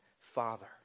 father